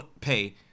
pay